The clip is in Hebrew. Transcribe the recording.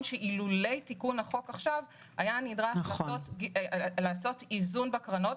שאילולא תיקון החוק עכשיו היה דורש לעשות איזון בקרנות,